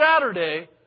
Saturday